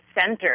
center